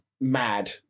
mad